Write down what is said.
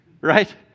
right